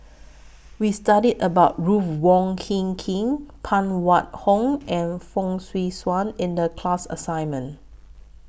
We studied about Ruth Wong Hie King Phan Wait Hong and Fong Swee Suan in The class assignment